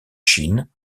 chine